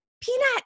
Peanut